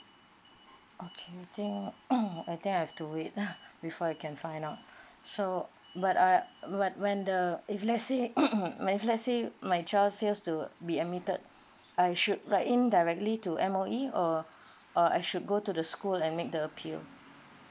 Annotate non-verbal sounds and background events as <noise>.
okay I think <noise> I think I have to wait lah before I can find out so but uh but when the if let's say <noise> if let's say my child fails to be admitted I should write in directly to M_O_E or uh I should go to the school and make the appeal